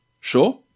sure